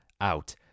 out